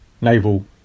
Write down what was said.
naval